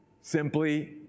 Simply